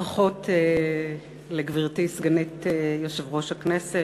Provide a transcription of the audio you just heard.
ברכות לגברתי סגנית יושב-ראש הכנסת,